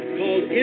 called